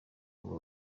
abo